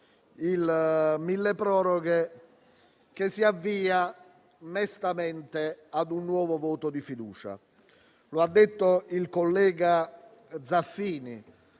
il milleproroghe, che si avvia mestamente verso un nuovo voto di fiducia. Lo ha detto il collega Zaffini: